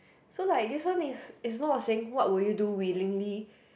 so like this one is is more of saying what would you do willingly